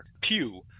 Pew